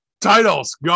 Titles